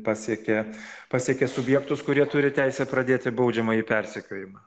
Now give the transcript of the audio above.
pasiekia pasiekia subjektus kurie turi teisę pradėti baudžiamąjį persekiojimą